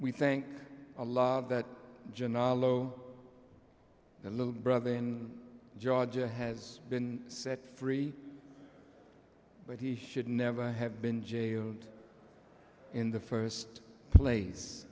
we think a lot that genaro a little brother in georgia has been set free but he should never have been jailed in the first place